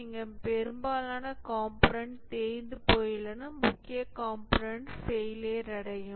இங்கே பெரும்பாலான கம்போனன்ட் தேய்ந்து போயுள்ளன முக்கிய கம்போனன்ட் ஃபெயிலியர் அடையும்